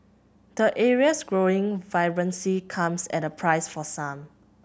the area's growing vibrancy comes at a price for some